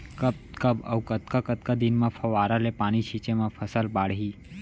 कब कब अऊ कतका कतका दिन म फव्वारा ले पानी छिंचे म फसल बाड़ही?